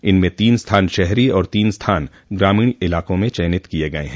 इनमें तीन स्थान शहरी और तीन स्थान ग्रामीण इलाकों में चयनित किए गये हैं